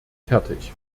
fertig